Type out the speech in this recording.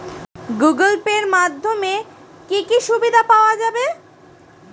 Google Pay এর মাধ্যমে কি কি সুবিধা পাওয়া যায়?